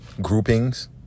groupings